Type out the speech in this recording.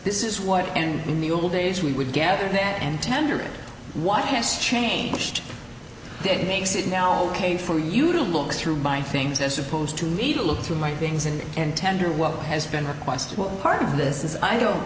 this is what and in the old days we would gather that and tendered what has changed that makes it now ok for you to look through my things as opposed to me to look through my things and and tender what has been requested what part of this is i don't